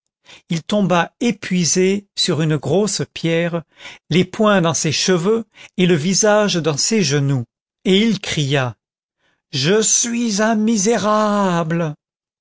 il tomba épuisé sur une grosse pierre les poings dans ses cheveux et le visage dans ses genoux et il cria je suis un misérable